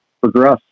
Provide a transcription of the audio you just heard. progress